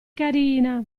carina